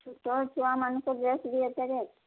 ଛୋଟଛୁଆମାନଙ୍କ dress ଦୁଇହଜାର